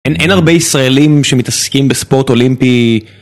אין הרבה ישראלים שמתעסקים בספורט אולימפי.